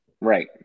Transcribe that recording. Right